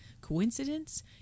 coincidence